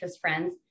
friends